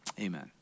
amen